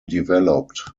developed